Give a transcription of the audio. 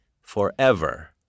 forever